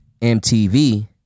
MTV